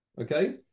Okay